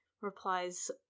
replies